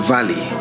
Valley